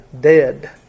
dead